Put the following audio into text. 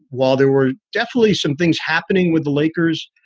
while there were definitely some things happening with the lakers,